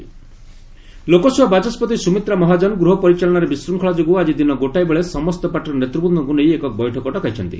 speaker meeting Lok Sabha ବାଚସ୍କତି ସ୍ରମିତ୍ରା ମହାଜନ ଗୃହ ପରିଚାଳନାରେ ବିଶ୍ୱଙ୍ଗଳା ଯୋଗୁଁ ଆଜି ଦିନ ଗୋଟାଏ ବେଳେ ସମସ୍ତ ପାର୍ଟିର ନେତୃବୃନ୍ଦଙ୍କୁ ନେଇ ଏକ ବୈଠକ ଡକାଇଛନ୍ତି